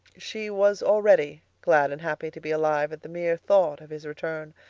she was already glad and happy to be alive at the mere thought of his return.